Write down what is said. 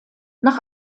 nach